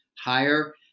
higher